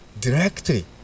directly